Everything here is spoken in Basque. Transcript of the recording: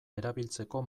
erabiltzeko